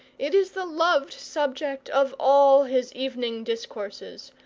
it is the loved subject of all his evening discourses,